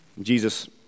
Jesus